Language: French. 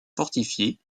fortifié